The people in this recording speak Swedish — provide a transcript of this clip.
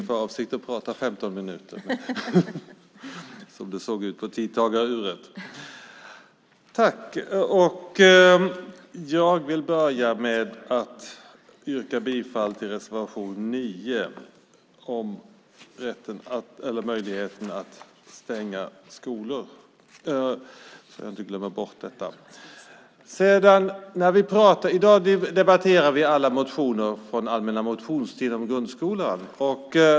Fru talman! Jag yrkar bifall till reservation 9 om möjligheten att stänga skolor. Vi debatterar i dag alla motioner från allmänna motionstiden om grundskolan.